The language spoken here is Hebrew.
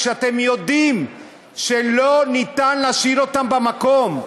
כשאתם יודעים שאין אפשרות להשאיר אותן במקום,